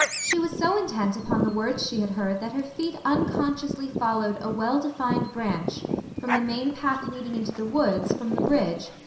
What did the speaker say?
she was so intent upon the words she had heard that her feet unconsciously followed a well-defined branch from the main path leading into the woods, from the bridge,